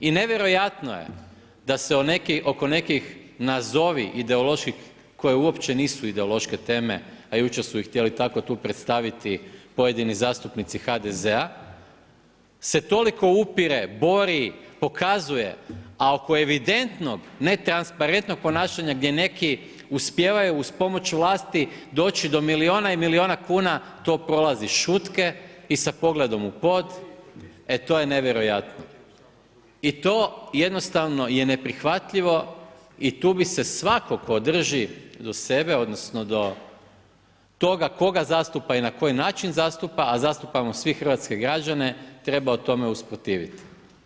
I nevjerojatno je da se oko nekih, nazovi ideoloških koje uopće nisu ideološke teme, a jučer su ih htjeli tako tu predstaviti pojedini zastupnici HDZ-a se toliko upire, bori, pokazuje, a oko evidentnog , netransparentnog ponašanja gdje neki uspijevaju uz pomoć vlasti doći do milijuna i milijuna kuna to prolazi šutke i sa pogledom u pod, e to je nevjerojatno i to jednostavno je neprihvatljivo i tu bi se svatko tko drži do sebe, odnosno do toga koga zastupa i na koji način zastupa, a zastupamo svi hrvatske građane trebao tome usprotivit.